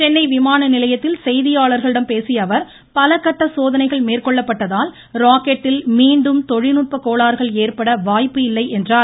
சென்னை விமானநிலையத்தில் செய்தியாளர்களிடம் பேசியஅவர் பல கட்ட மேற்கொள்ளப்பட்டதால் ராக்கெட்டில் மீண்டும் தொழில்நுட்ப சோகனைகள் கோளாறுகள் ஏற்பட வாய்ப்பு இல்லை என்றார்